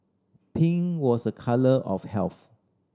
pink was a colour of health